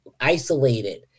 isolated